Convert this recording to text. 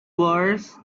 wars